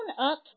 up